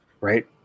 Right